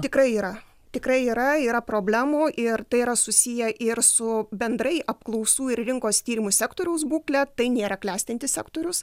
tikrai yra tikrai yra yra problemų ir tai yra susiję ir su bendrai apklausų ir rinkos tyrimų sektoriaus būkle tai nėra klestintis sektorius